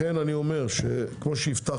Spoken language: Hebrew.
לכן אני אוצר, כפי שהבטחנו,